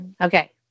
okay